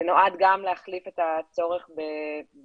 זה נועד גם להחליף את הצורך במזומן,